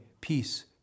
peace